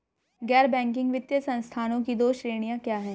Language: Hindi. गैर बैंकिंग वित्तीय संस्थानों की दो श्रेणियाँ क्या हैं?